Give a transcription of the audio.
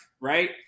right